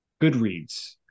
Goodreads